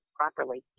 properly